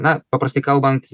na paprastai kalbant